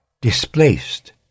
displaced